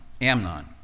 Amnon